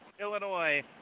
Illinois